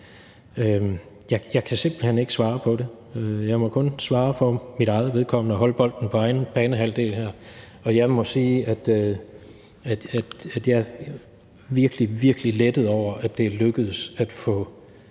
Jeg kan simpelt hen ikke svare på det. Jeg må kun svare for mit eget vedkommende og holde bolden på egen banehalvdel her, og jeg må sige, at jeg virkelig, virkelig er lettet over, at det er lykkedes at få